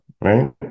right